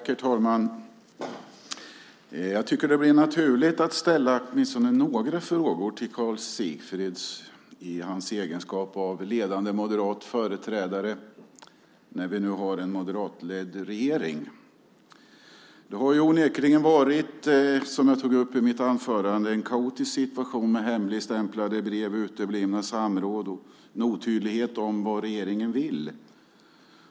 Herr talman! Jag tycker att det är naturligt att ställa åtminstone några frågor till Karl Sigfrid i hans egenskap av ledande moderat företrädare när vi nu har en moderatledd regering. Som jag sade i mitt anförande har det varit en kaotisk situation med hemligstämplade brev, uteblivna samråd och en otydlighet om vad regeringen vill.